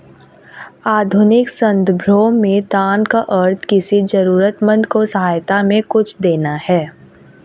आधुनिक सन्दर्भों में दान का अर्थ किसी जरूरतमन्द को सहायता में कुछ देना है